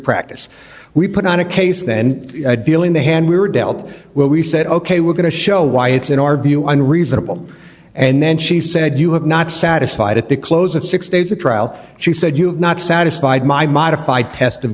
practice we put on a case then dealing the hand we were dealt with we said ok we're going to show why it's in our view on reasonable and then she said you have not satisfied at the close of six days of trial she said you have not satisfied my modified test of